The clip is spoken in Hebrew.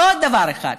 ועוד דבר אחד.